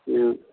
হুম